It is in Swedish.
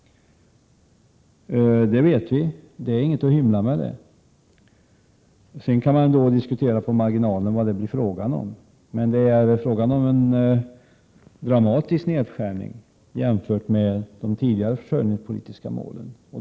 Det vet vi, och det är inget att hymla med. Sedan kan man diskutera i marginalen vad det blir fråga om, men det rör sig om en dramatisk nedskärning jämfört med de tidigare försörjningspolitiska målen.